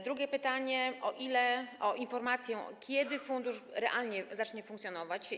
Drugie pytanie dotyczy informacji, kiedy fundusz realnie zacznie funkcjonować.